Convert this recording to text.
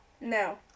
No